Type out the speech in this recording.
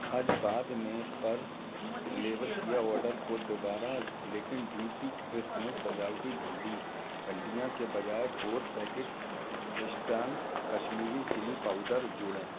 आज बाद में पर डिलीवर किया ऑर्डर को दोबारा लेकिन डी पी क्रिसमस सजावटी घंटी घंटियाँ के बजाय four packet Eastern Kashmiri chilli powder जोड़ें